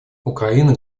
украина